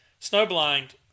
Snowblind